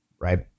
Right